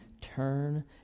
turn